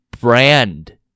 brand